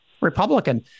Republican